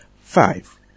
five